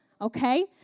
okay